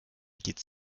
geht